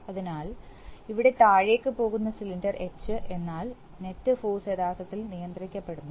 അതിനാൽ ഇവിടെ താഴേക്ക് പോകുന്ന സിലിണ്ടർ എച്ച് എന്നാൽ നെറ്റ് ഫോഴ്സ് യഥാർത്ഥത്തിൽ നിയന്ത്രിക്കപ്പെടുന്നു